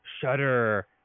Shudder